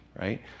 right